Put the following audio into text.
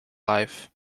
life